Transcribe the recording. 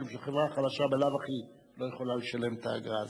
משום שהחברה החלשה בלאו הכי לא יכולה לשלם את האגרה הזאת.